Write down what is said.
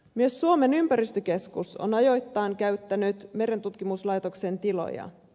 myös suomen ympäristökeskus on ajoittain käyttänyt merentutkimuslaitoksen tiloja